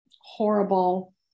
horrible